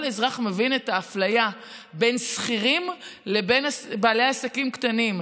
כל אזרח מבין את האפליה בין שכירים לבין בעלי עסקים קטנים.